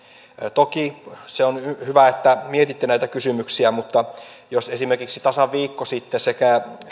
toki se on hyvä että mietitte näitä kysymyksiä mutta jos esimerkiksi tasan viikko sitten sekä